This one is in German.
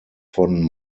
von